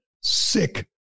sick